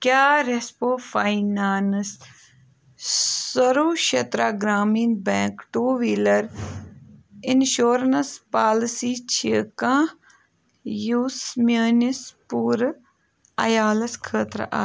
کیٛاہ ریٚسپو فاینانٕس سوٚروٗ شترٛا Gramin bank two wheeler insurance policy چھےٚ کانٛہہ یُس میٛٲنِس پوٗرٕ عیالَس خٲطرٕ آ